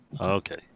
Okay